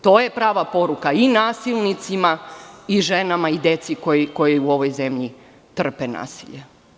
To je prava poruka i nasilnicima i ženama i deci koja u ovoj zemlji trpe nasilje.